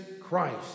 Christ